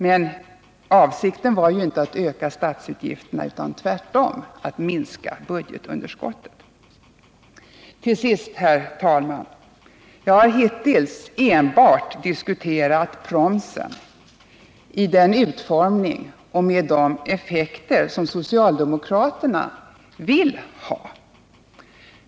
Men avsikten var ju inte att öka statsutgifterna utan tvärtom att minska budgetunderskottet. Till sist, herr talman! Jag har hittills enbart diskuterat promsen i den utformning och med de effekter som socialdemokraterna skisserat.